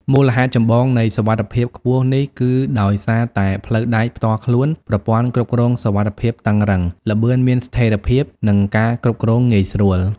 មូលហេតុចម្បងនៃសុវត្ថិភាពខ្ពស់នេះគឺដោយសារតែ ផ្លូវដែកផ្ទាល់ខ្លួន ប្រព័ន្ធគ្រប់គ្រងសុវត្ថិភាពតឹងរ៉ឹង ល្បឿនមានស្ថិរភាព និងការគ្រប់គ្រងងាយស្រួល។